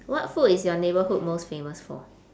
what food is your neighbourhood most famous for